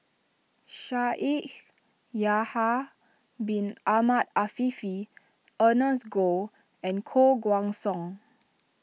Shaikh Yahya Bin Ahmed Afifi Ernest Goh and Koh Guan Song